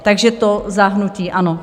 Takže to za hnutí ANO.